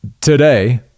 today